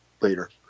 later